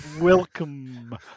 Welcome